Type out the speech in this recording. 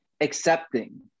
accepting